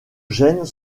gènes